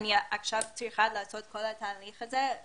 אני עכשיו צריכה לעשות את כל התהליך הזה.